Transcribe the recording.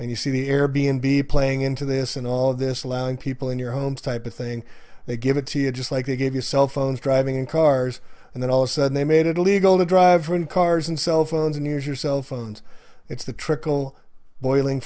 and you see the air b n b playing into this and all of this allowing people in your homes type of thing they give it to you just like they gave you cell phones driving in cars and they all said they made it illegal to drive cars and cell phones and use your cell phones it's the trickle boiling